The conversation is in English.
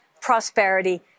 prosperity